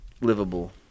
livable